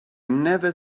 never